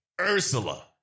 Ursula